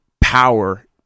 power